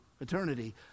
eternity